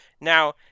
Now